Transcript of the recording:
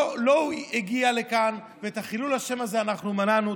לא הגיע לכאן, ואת חילול השם הזה אנחנו מנענו.